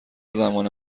زمان